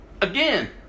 Again